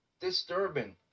disturbing